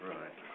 Right